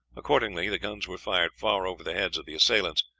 accordingly the guns were fired far over the heads of the assailants,